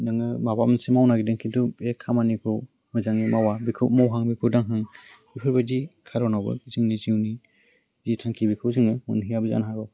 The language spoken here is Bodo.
नोङो माबा मोनसे मावनो नागिरदों खिन्थु बे खामानिखौ मोजाङै मावा बेखौ मावहां बेखौ दांहां बेफोरबायदि खार'नावबो जोंनि जिउनि जि थांखि बेखौ जोङो मोनहैयाबो जानो हागौ